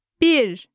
Bir